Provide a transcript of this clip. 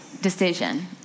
decision